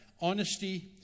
Honesty